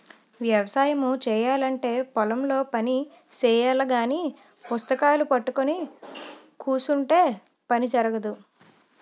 వ్యవసాయము చేయాలంటే పొలం లో పని చెయ్యాలగాని పుస్తకాలూ పట్టుకొని కుసుంటే పని జరగదు